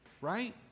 right